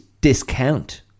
discount